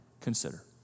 consider